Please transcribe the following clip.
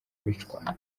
bicwa